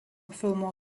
filmo